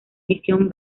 mission